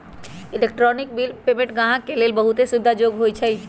electronic bill payment गाहक के लेल बहुते सुविधा जोग्य होइ छइ